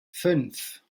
fünf